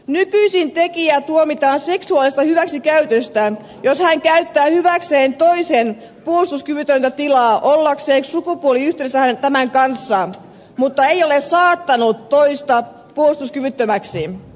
nykyisin tekijä tuomitaan seksuaalisesta hyväksikäytöstä jos hän käyttää hyväkseen toisen puolustuskyvytöntä tilaa ollakseen sukupuoliyhteydessä tämän kanssa mutta ei ole saattanut toista puolustuskyvyttömäksi